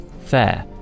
fair